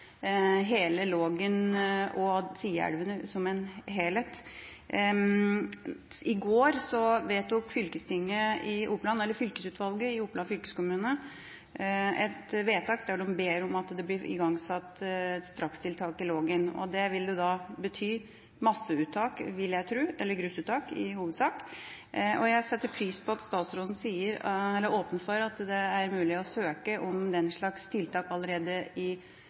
hele Lågen og sideelvene som en helhet. I går fattet fylkesutvalget i Oppland fylkeskommune et vedtak der de ber om at det blir igangsatt strakstiltak i Lågen. Det vil i hovedsak bety – vil jeg tro – masseuttak, dvs. grusuttak. Jeg setter pris på at statsråden åpner for at det er mulig å søke om den slags tiltak allerede i